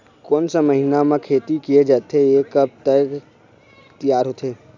कोन सा महीना मा खेती किया जाथे ये कब तक तियार होथे?